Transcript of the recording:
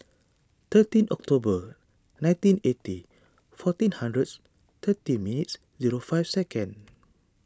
thirteen October nineteen eighty fourteen hundreds thirty minutes and five seconds